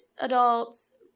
adults